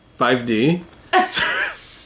5D